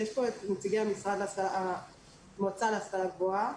יש פה נציגי המשרד המועצה להשכלה גבוהה.